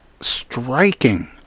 striking